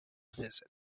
visit